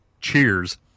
Cheers